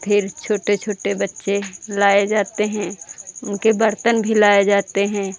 फिर छोटे छोटे बच्चे लाए जाते हैं उनके बर्तन भी लाए जाते हैं